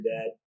dad